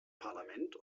parlament